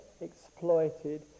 exploited